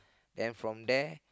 then from there